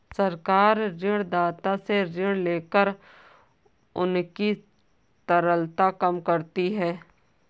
सरकार ऋणदाता से ऋण लेकर उनकी तरलता कम करती है